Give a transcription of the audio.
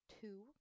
two